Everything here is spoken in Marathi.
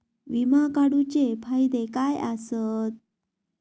विमा काढूचे फायदे काय आसत?